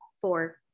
four